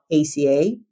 ACA